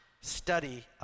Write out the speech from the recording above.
study